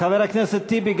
חבר הכנסת טיבי,